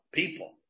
people